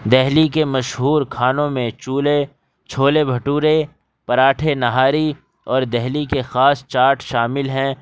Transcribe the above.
دہلی کے مشہور کھانوں میں چولہے چھولے بھٹورے پراٹھے نہاری ور دہلی کے خاص چاٹ شامل ہیں